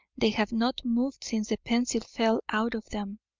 they have not moved since the pencil fell out of them.